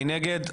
מי נגד?